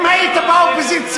אם היית באופוזיציה,